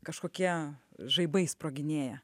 kažkokie žaibai sproginėja